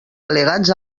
al·legats